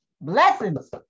blessings